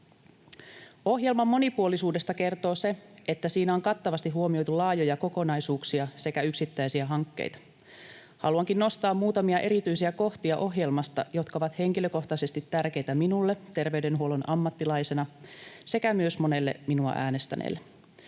Ohjelman monipuolisuudesta kertoo se, että siinä on kattavasti huomioitu laajoja kokonaisuuksia sekä yksittäisiä hankkeita. Haluankin nostaa ohjelmasta muutamia erityisiä kohtia, jotka ovat henkilökohtaisesti tärkeitä minulle terveydenhuollon ammattilaisena sekä monelle minua äänestäneelle.